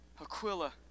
Aquila